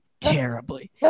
terribly